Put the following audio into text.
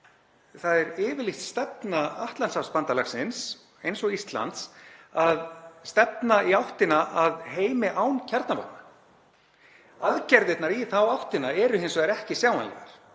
það er yfirlýst stefna Atlantshafsbandalagsins, eins og Íslands, að stefna í áttina að heimi án kjarnavopna. Aðgerðirnar í þá áttina eru hins vegar ekki sjáanlegar.